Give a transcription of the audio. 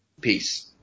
peace